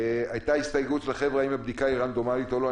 הייתה הסתייגות שלכם האם הבדיקה היא רנדומלית או לא.